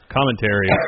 Commentary